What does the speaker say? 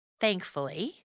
Thankfully